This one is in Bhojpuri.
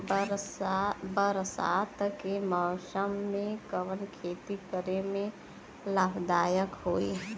बरसात के मौसम में कवन खेती करे में लाभदायक होयी?